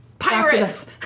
Pirates